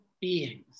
beings